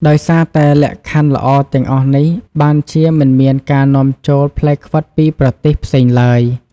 ដោយសារតែលក្ខខណ្ឌល្អទាំងអស់នេះ បានជាមិនមានការនាំចូលផ្លែខ្វិតពីប្រទេសផ្សេងឡើយ។